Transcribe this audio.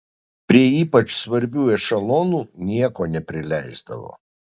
prie ypač svarbių ešelonų nieko neprileisdavo